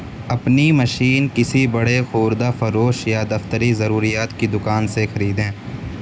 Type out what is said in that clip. اپنی مشین کسی بڑے خوردہ فروش یا دفتری ضروریات کی دکان سے خریدیں